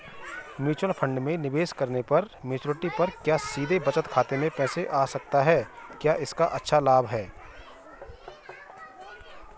Mutual fund में निवेश करने पर मैच्योरिटी पर क्या सीधे बचत खाते में पैसे आ सकते हैं क्या इसका अच्छा लाभ है?